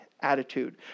attitude